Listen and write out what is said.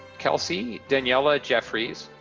kelsie danielle ah jeffries,